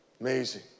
Amazing